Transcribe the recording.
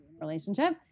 relationship